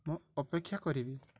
ମୁଁ ଅପେକ୍ଷା କରିବି